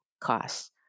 cost